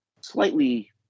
slightly